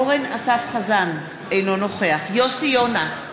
אורן אסף חזן, אינו נוכח יוסי יונה,